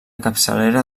capçalera